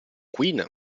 queen